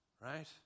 Right